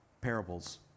parables